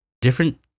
different